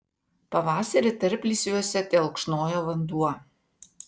pavasarį tarplysviuose telkšnojo vanduo